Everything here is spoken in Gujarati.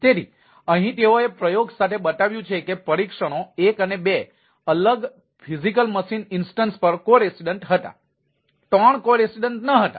તેથી અહીં તેઓએ પ્રયોગ સાથે બતાવ્યું છે કે પરીક્ષણો એક અને બે અલગ ભૌતિક મશીન ઇન્સ્ટન્સ પર કો રેસિડેન્સ હતા ત્રણ કો રેસિડેન્સ ન હતા